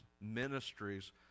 ministries